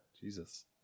Jesus